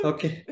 Okay